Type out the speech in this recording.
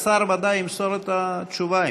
השר בוודאי ימסור את התשובה,